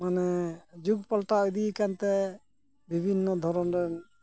ᱢᱟᱱᱮ ᱡᱩᱜᱽ ᱯᱟᱞᱴᱟᱣ ᱤᱫᱤ ᱟᱠᱟᱱᱛᱮ ᱵᱤᱵᱷᱤᱱᱱᱚ ᱫᱷᱚᱨᱚᱱ ᱨᱮᱱ